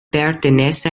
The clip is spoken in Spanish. pertenece